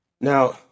Now